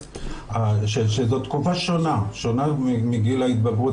שזו תקופה שונה מגיל ההתבגרות.